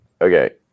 Okay